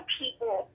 people